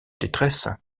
détresse